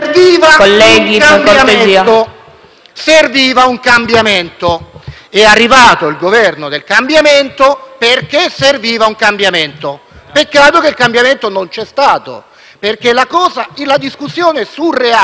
FAZZOLARI *(FdI)*. È arrivato il Governo del cambiamento perché serviva un cambiamento. Peccato che il cambiamento non c'è stato perché la discussione surreale che abbiamo oggi è che